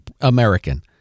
American